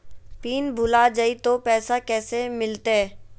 Pin भूला जाई तो पैसा कैसे मिलते?